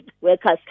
workers